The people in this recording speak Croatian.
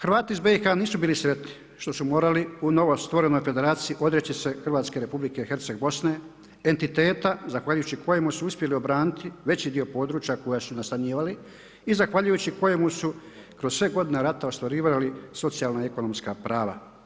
Hrvati iz BIH nisu bili sretni što su morali u novostvorenoj Federaciji odreći se Hrvatske Republike Herceg Bosne, entiteta zahvaljujući kojemu su uspjeli obraniti veći dio područja koja su nastanjivali i zahvaljujući kojemu su kroz sve godine rata ostvarivali socijalna i ekonomska prava.